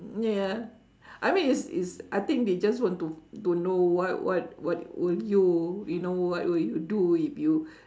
ya I mean it's it's I think they just want to to know what what what will you you know what will you do if you